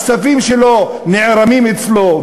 הכספים שלו נערמים אצלו,